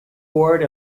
ward